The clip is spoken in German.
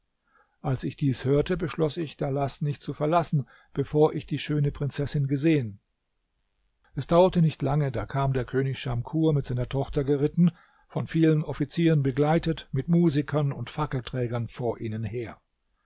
als ich dies hörte beschloß ich dalaß nicht zu verlassen bevor ich die schöne prinzessin gesehen es dauerte nicht lange da kam der könig schamkur mit seiner tochter geritten von vielen offizieren begleitet mit musikern und fackelträgern vor ihnen her